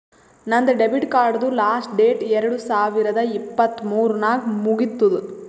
ನಂದ್ ಡೆಬಿಟ್ ಕಾರ್ಡ್ದು last date ಎರಡು ಸಾವಿರದ ಇಪ್ಪತ್ ಮೂರ್ ನಾಗ್ ಮುಗಿತ್ತುದ್